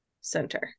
center